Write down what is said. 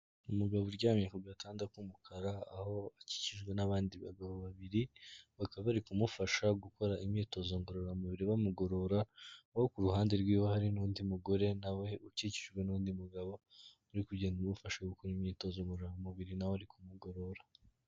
Umugabo uryamye ku gatanda k'umukara, aho akikijwe n'abandi bagabo babiri, baka bari kumufasha gukora imyitozo ngororamubiri, bamugorora, aho ku ruhande rw'iwe hari n'undi mugore na we ukikijwe n'undi mugabo, uri kugenda umufasha gukora imyitozo ngororamubiri, na we ari kumugorora.